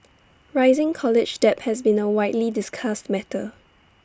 rising college debt has been A widely discussed matter